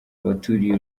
abaturiye